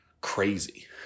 crazy